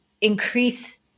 increase